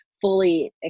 fully